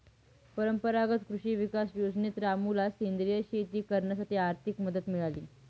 परंपरागत कृषी विकास योजनेत रामूला सेंद्रिय शेती करण्यासाठी आर्थिक मदत मिळाली